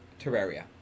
Terraria